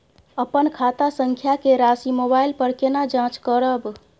अपन खाता संख्या के राशि मोबाइल पर केना जाँच करब?